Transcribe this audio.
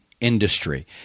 industry